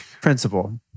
principle